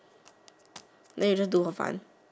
then you just do for fun